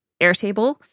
Airtable